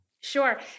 Sure